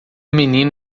menino